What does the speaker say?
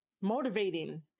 motivating